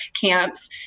camps